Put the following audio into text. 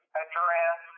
address